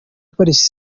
paris